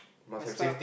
must call